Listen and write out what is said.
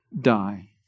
die